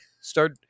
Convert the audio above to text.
start